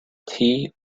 tea